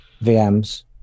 vms